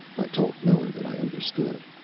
i told miller that i understood.